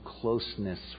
closeness